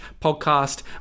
podcast